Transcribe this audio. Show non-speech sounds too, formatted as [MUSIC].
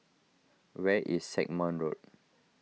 where is [UNINTELLIGIBLE] Road